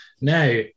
Now